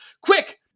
quick